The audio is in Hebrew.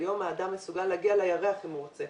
אנחנו יודעים שהיום האדם מסוגל להגיע לירח אם הוא רוצה,